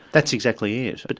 that's exactly it. but